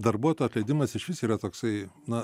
darbuotojo atleidimas iš vis yra toksai na